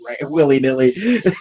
willy-nilly